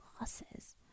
losses